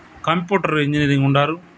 computer engineering ఉన్నారు